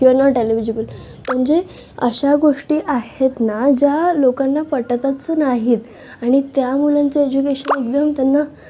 you are not eligible म्हणजे अशा गोष्टी आहेत ना ज्या लोकांना पटतच नाहीत आणि त्या मुलांचं एजुकेशन एकदम त्यांना